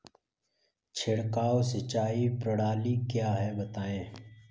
छिड़काव सिंचाई प्रणाली क्या है बताएँ?